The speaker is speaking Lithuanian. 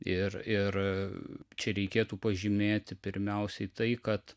ir ir čia reikėtų pažymėti pirmiausiai tai kad